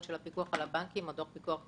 של הפיקוח על הבנקים או דרך פיקוח פנימי,